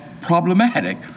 problematic